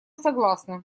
согласны